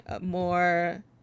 more